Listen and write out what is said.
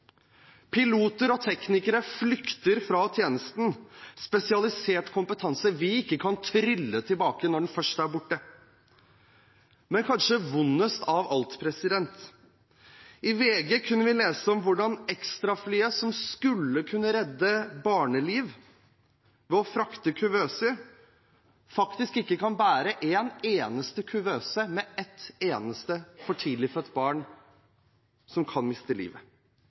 Piloter og teknikere flykter fra tjenesten – spesialisert kompetanse vi ikke kan trylle tilbake når den først er borte. Men kanskje vondest av alt: I VG kunne vi lese om hvordan ekstraflyet som skulle kunne redde barneliv ved å frakte kuvøser, faktisk ikke kan bære en eneste kuvøse med et eneste for tidlig født barn som kan miste livet.